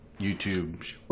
YouTube